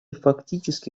фактически